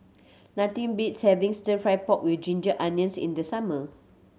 nothing beats having Stir Fry pork with ginger onions in the summer